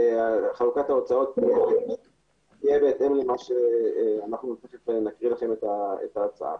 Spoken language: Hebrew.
וחלוקת ההוצאות תהיה בהתאם למה שאנחנו --- נקריא לכם את ההצעה.